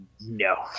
no